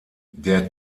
der